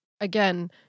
again